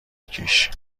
کیش